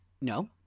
no